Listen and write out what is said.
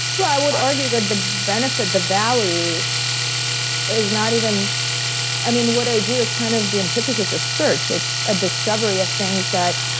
yeah i would argue that the benefit, the value is not even i mean, what i do is kind of the antithesis of search. it's a discovery of things that,